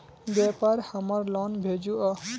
व्यापार हमार लोन भेजुआ?